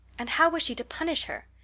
and how was she to punish her?